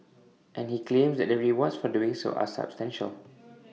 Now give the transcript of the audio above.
and he claims that the rewards for doing so are substantial